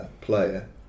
player